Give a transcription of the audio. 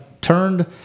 turned